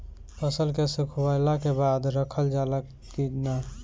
फसल के सुखावला के बाद रखल जाला कि न?